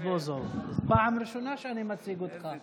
פעם ראשונה שאני מציג אותך.